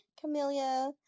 Camelia